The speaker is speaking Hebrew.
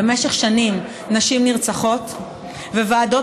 במשך שנים נשים נרצחות וועדות